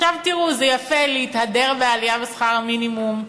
עכשיו, תראו, זה יפה להתהדר בעלייה בשכר המינימום,